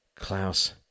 Klaus